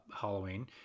halloween